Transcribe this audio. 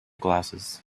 glasses